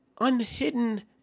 unhidden